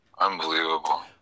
Unbelievable